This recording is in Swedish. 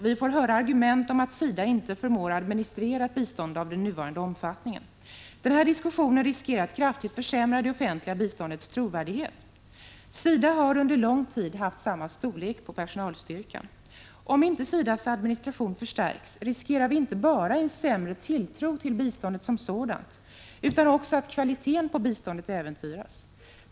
Vi får höra argument om att SIDA inte förmår administrera ett bistånd av den nuvarande omfattningen. Den här diskussionen riskerar att kraftigt försämra det offentliga biståndets trovärdighet. SIDA har under lång tid haft samma storlek på personalstyrkan. Om inte SIDA:s administration förstärks, riskerar vi inte bara en sämre tilltro till biståndet som sådant, utan också att kvaliteten äventyras.